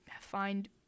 find